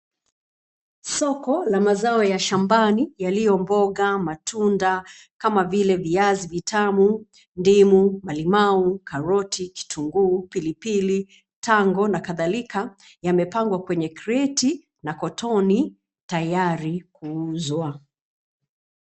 Soko la mazao ya shambani yaliyo mboga, matunda kama vile viazi vitamu, ndimu mbalimbali, karoti, kitunguu, pilipili, tango na kadhalika yamepangwa kwenye kreti na kotoni tayari kuuzwa.